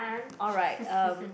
alright um